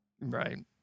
Right